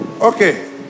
Okay